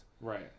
Right